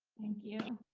thank you.